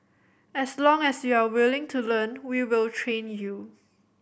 as long as you're willing to learn we will train you